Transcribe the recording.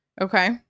Okay